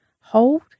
hold